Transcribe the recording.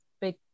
Big